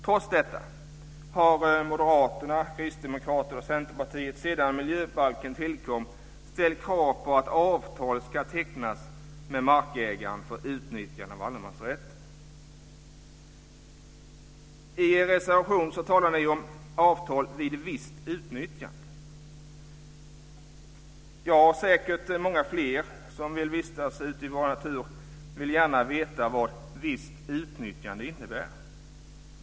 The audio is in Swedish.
Trots detta har Moderaterna, Kristdemokraterna och Centerpartiet sedan miljöbalken tillkom ställt krav på att avtal ska tecknas med markägaren för utnyttjande av allemansrätten. I er reservation talar ni om avtal vid visst utnyttjande. Jag, och säkert många andra som vill vistas ute i vår natur, vill gärna veta vad "visst utnyttjande" innebär.